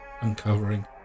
uncovering